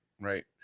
right